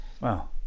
wow